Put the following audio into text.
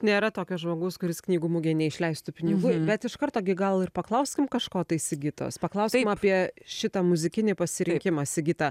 nėra tokio žmogaus kuris knygų mugėj neišleistų pinigų bet iš karto gi gal ir paklauskim kažko tai sigitos paklauskim apie šitą muzikinį pasirinkimą sigita